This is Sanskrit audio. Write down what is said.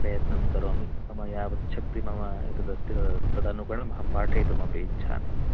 प्रयत्नं करोमि मम यावच्छक्ति मम एतदस्ति तत् तदनुगुणम् अहं पाठयितुमपि इच्छामि